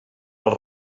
els